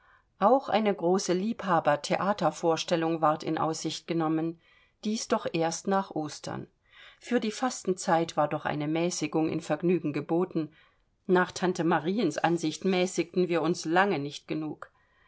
auch eine große liebhabertheatervorstellung ward in aussicht genommen dies jedoch erst nach ostern für die fastenzeit war doch eine mäßigung in vergnügen geboten nach tante maries ansicht mäßigten wir uns lange nicht genug